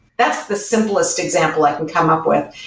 that's the simplest example i can come up with,